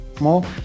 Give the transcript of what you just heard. more